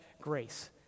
grace